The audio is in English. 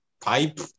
pipe